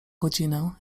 godzinę